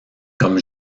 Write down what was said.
comme